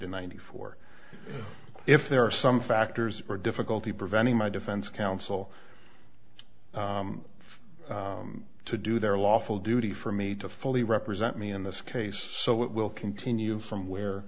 ninety four if there are some factors or difficulty preventing my defense counsel to do their lawful duty for me to fully represent me in this case so we'll continue from where